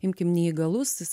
imkim neįgalus jis